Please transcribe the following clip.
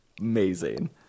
Amazing